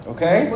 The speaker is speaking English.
Okay